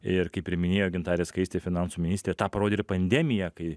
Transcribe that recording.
ir kaip ir minėjo gintarė skaistė finansų ministrė tą parodė ir pandemija kai